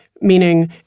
meaning